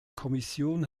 kommission